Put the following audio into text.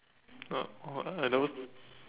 uh oh I never